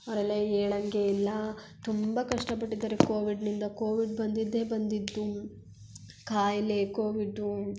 ಅವರೆಲ್ಲ ಹೇಳಂಗೆ ಇಲ್ಲ ತುಂಬ ಕಷ್ಟಪಟ್ಟಿದ್ದಾರೆ ಕೋವಿಡ್ನಿಂದ ಕೋವಿಡ್ ಬಂದಿದ್ದೇ ಬಂದಿದ್ದು ಕಾಯಿಲೆ ಕೋವಿಡ್ಡು